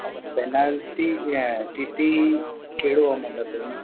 penalty टी टी कहिड़ो आहे मतिलबु